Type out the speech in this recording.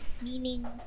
meaning